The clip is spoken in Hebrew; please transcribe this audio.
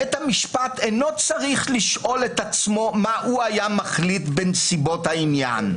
בית המשפט אינו צריך לשאול את עצמו מה הוא היה מחליט בנסיבות העניין.